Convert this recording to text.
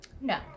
No